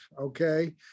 okay